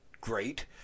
great